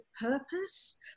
purpose